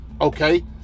okay